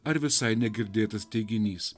ar visai negirdėtas teiginys